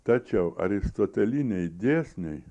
tačiau aristoteliniai dėsniai